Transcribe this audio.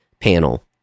panel